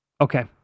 Okay